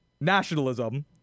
nationalism